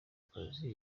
kazi